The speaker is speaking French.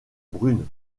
brunes